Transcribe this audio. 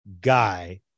guy